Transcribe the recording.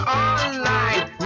online